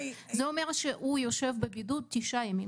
זה אומר שהוא יושב בבידוד תשעה ימים,